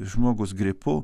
žmogus gripu